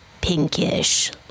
pinkish